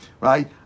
right